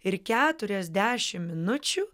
ir keturiasdešimt minučių